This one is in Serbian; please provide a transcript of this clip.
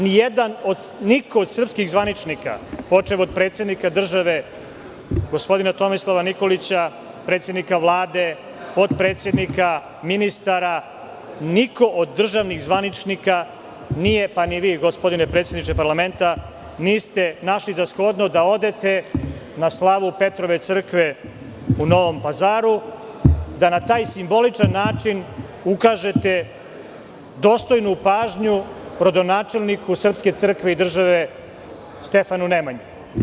Niko od srpskih zvaničnika, počev od predsednika države, gospodina Tomislava Nikolića, predsednika Vlade, potpredsednika, ministara, niko od državnih zvaničnika nije, pa ni vi, gospodine predsedniče parlamenta, niste našli za shodno da odete na slavu Petrove crkve u Novom Pazaru, da na taj simboličan način ukažete dostojnu pažnju rodonačelniku Srpske crkve i države, Stefanu Nemanji.